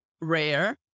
rare